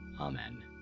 Amen